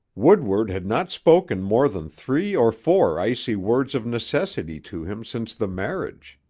woodward had not spoken more than three or four icy words of necessity to him since the marriage.